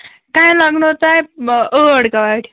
تۄہہِ لَگنو تۄہہِ ٲٹھ گاڑِ